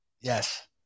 Yes